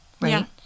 right